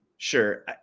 Sure